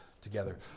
together